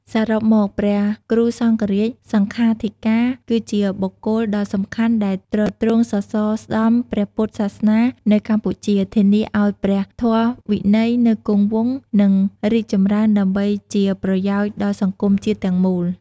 សរុបមក ព្រះគ្រូសង្ឃរាជ/សង្ឃាធិការ គឺជាបុគ្គលដ៏សំខាន់ដែលទ្រទ្រង់សសរស្តម្ភព្រះពុទ្ធសាសនានៅកម្ពុជា ធានាឱ្យព្រះធម៌វិន័យនៅគង់វង្ស និងរីកចម្រើនដើម្បីជាប្រយោជន៍ដល់សង្គមជាតិទាំងមូល។